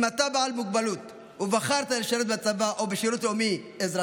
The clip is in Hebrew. אם אתה בעל מוגבלות ובחרת לשרת בצבא או בשירות לאומי-אזרחי,